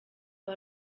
aba